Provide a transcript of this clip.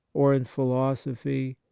or in philosophy,